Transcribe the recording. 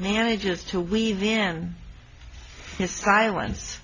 manages to weave then his silence